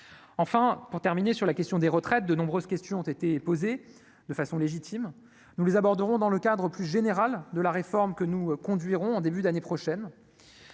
enfin pour terminer sur la question des retraites, de nombreuses questions ont été posées de façon légitime, nous les aborderons dans le cadre plus général de la réforme que nous conduirons en début d'année prochaine,